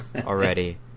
already